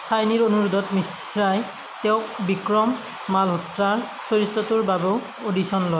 শ্বাইনীৰ অনুৰোধত মিশ্ৰাই তেওঁক বিক্ৰম মালহোত্ৰাৰ চৰিত্ৰটোৰ বাবেও অডিশ্যন লয়